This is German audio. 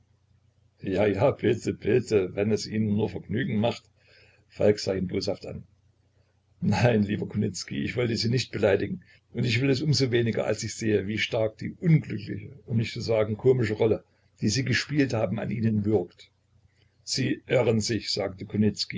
ja bitte bitte wenn es ihnen nur vergnügen macht falk sah ihn boshaft an nein lieber kunicki ich wollte sie nicht beleidigen und ich will es um so weniger als ich sehe wie stark die unglückliche um nicht zu sagen komische rolle die sie gespielt haben an ihnen würgt sie irren sich sagte